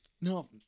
no